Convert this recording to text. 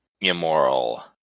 immoral